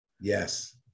Yes